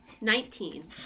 Nineteen